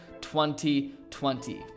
2020